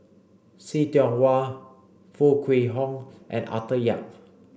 See Tiong Wah Foo Kwee Horng and Arthur Yap